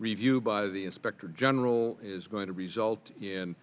review by the inspector general is going to result in